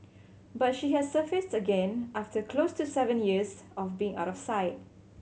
but she has surfaced again after close to seven years of being out of sight